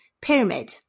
pyramid